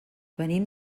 venim